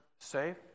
safe